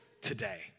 today